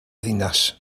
ddinas